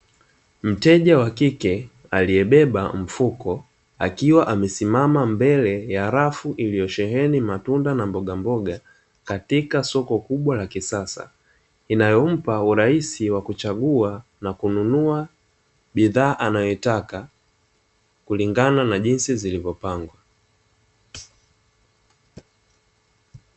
Mteja wa kike aliyebeba mfuko akiwa amesimama mbele ya rafu iliyosheheni matunda na mbogamboga katika soko kubwa la kisasa. inayompa urahisi wa kuchagua na kununua bidhaa anayotaka kulingana na jinsi zilivyopangwa.